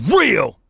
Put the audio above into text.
real